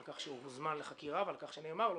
על כך שהוא מוזמן לחקירה ועל כך שנאמר לו